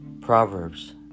Proverbs